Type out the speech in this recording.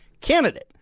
candidate